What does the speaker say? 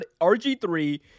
rg3